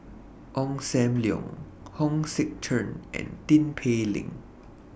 Ong SAM Leong Hong Sek Chern and Tin Pei Ling